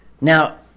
Now